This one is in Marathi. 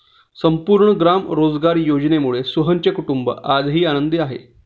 संपूर्ण ग्राम रोजगार योजनेमुळे सोहनचे कुटुंब आज आनंदी आहे